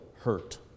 hurt